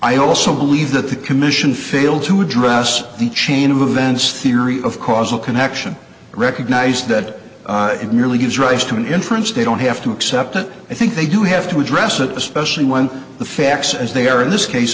i also believed that the commission failed to address the chain of events theory of causal connection recognized that it merely gives rise to an inference they don't have to accept it i think they do have to address it especially when the facts as they are in this case